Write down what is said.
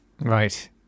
Right